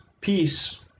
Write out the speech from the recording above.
peace